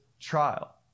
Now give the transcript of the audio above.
trial